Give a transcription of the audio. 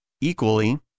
equally